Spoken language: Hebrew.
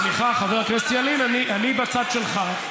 סליחה, חבר הכנסת ילין, אני בצד שלך.